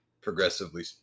Progressively